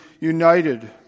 united